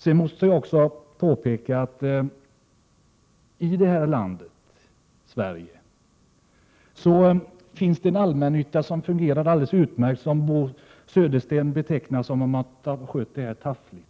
Sedan måste jag också påpeka att det här i landet finns allmännyttiga bostadsföretag som fungerar alldeles utmärkt men som Bo Södersten sade hade skött det här taffligt.